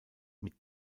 mit